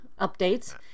updates